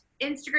Instagram